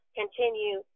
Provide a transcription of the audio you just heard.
continue